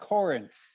Corinth